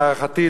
להערכתי,